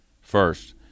first